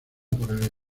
por